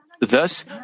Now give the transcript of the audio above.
Thus